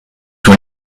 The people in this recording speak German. wohl